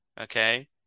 okay